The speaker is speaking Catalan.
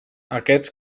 aquests